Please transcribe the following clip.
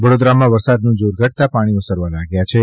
વડોદરામાં વરસાદનું જોર ઘટતાં પાણી ઓસરવા લાગ્યા છે